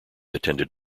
attended